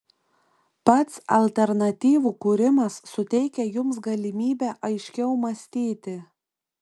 pats alternatyvų kūrimas suteikia jums galimybę aiškiau mąstyti